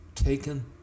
Taken